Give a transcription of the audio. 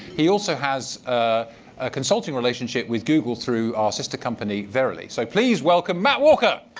he also has a consulting relationship with google through our sister company, verily. so please welcome matt walker!